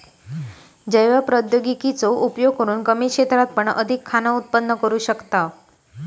जैव प्रौद्योगिकी चो उपयोग करून कमी क्षेत्रात पण अधिक खाना उत्पन्न करू शकताव